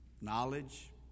knowledge